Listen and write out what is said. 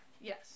Yes